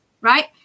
right